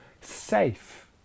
safe